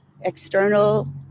external